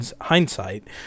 hindsight